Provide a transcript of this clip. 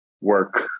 work